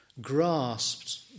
grasped